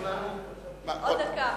עוד דקה,